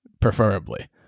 preferably